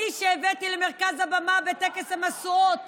-- אני, שהבאתי למרכז הבמה בטקס המשואות